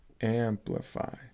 Amplify